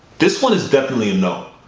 this one is definitely a no.